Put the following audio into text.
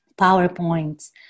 PowerPoints